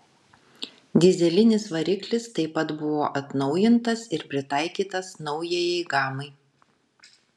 dyzelinis variklis taip pat buvo atnaujintas ir pritaikytas naujajai gamai